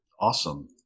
Awesome